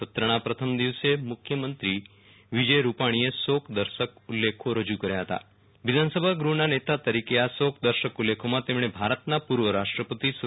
સત્રના પ્રથમ દિવસે મુખ્યમંત્રી વિજય રૂપાણીએ શોક દર્શક ઉલ્લેખો રજૂ કર્યા હતા વિધાનસભા ગૃહના નેતા તરીકે આ શોકદર્શક ઉલ્લેખોમાં તેમણે ભારતના પૂ ર્વરાષ્ટ્રપતિ સ્વ